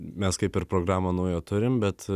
mes kaip ir programą naują turim bet